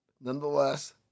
Nonetheless